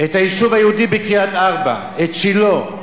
את היישוב היהודי בקריית-ארבע, את שילה,